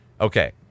okay